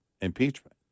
impeachment